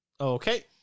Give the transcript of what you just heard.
okay